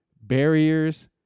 barriers